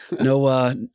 no